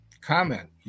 Comment